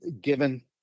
given